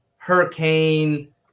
Hurricane